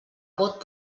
vot